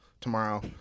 tomorrow